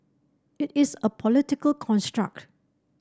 it is a political construct